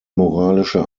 moralische